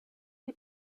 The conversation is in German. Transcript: die